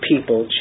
People